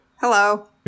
Hello